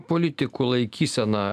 politikų laikysena